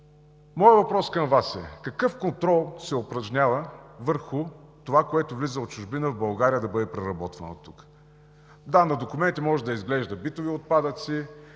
Моят въпрос към Вас е: какъв контрол се упражнява върху това, което влиза от чужбина в България – да бъде преработвано тук? Да, на документи може да изглеждат битови отпадъци.